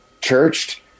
churched